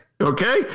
okay